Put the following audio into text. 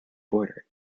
borders